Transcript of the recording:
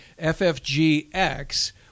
FFGX